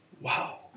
Wow